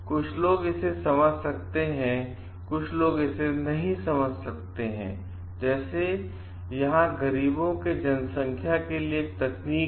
कुछ लोग इसे समझ सकते हैं कुछ लोग इसे नहीं समझ सकते हैंजैसे यहाँ गरीबों के जनसंख्या के लिए एक तकनीक है